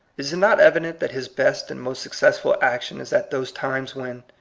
is it not evident that his best and most successful action is at those times when,